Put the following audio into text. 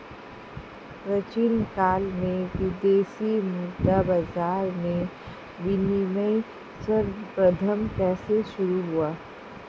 प्राचीन काल में विदेशी मुद्रा बाजार में विनिमय सर्वप्रथम कैसे शुरू हुआ?